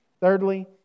Thirdly